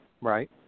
right